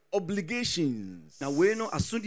obligations